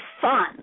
fun